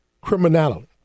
Criminality